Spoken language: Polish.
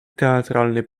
teatralny